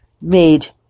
made